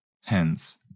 Hence